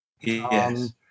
Yes